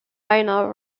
minor